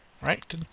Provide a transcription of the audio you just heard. right